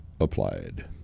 applied